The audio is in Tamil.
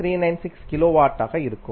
396 கிலோவாட் கிடைக்கும்